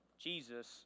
Jesus